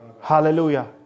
Hallelujah